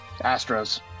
Astros